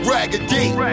Raggedy